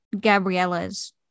Gabriella's